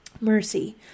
mercy